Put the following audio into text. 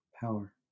power